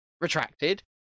retracted